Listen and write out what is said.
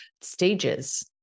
stages